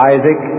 Isaac